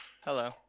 Hello